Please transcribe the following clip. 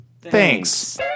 Thanks